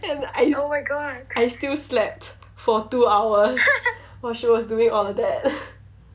and I I still slept for two hours while she was doing all of that